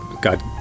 God